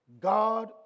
God